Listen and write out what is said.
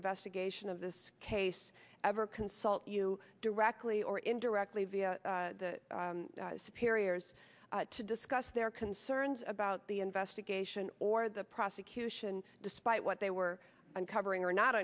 investigation of this case ever consult you directly or indirectly via superiors to discuss their concerns about the investigation or the prosecution despite what they were uncovering or not